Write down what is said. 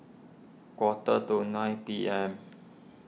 quarter to nine P M